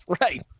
Right